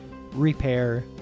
repair